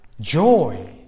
Joy